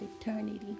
eternity